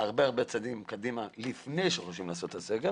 הרבה צעדים לפני שחושבים לעשות סגר